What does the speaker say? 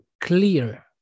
clear